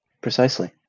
Precisely